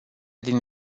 din